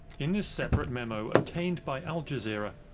in this separate memo, obtained by al jazeera,